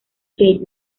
keith